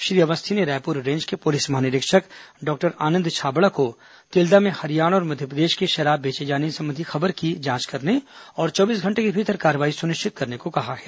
श्री अवस्थी ने रायपुर रेंज के पुलिस महानिरीक्षक डॉक्टर आनंद छाबड़ा को तिल्दा में हरियाणा और मध्यप्रदेश की शराब बेचे जाने संबंधी खबर की जांच करने और चौबीस घंटे के भीतर कार्रवाई सुनिश्चित करने को कहा है